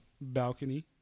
balcony